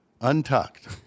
Untucked